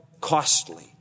costly